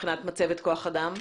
מבחינת מצבת כוח האדם?